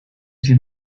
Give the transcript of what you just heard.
sin